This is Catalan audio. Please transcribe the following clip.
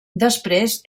després